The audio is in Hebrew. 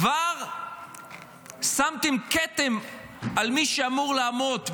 כבר שמתם כתם על מי שאמור לעמוד,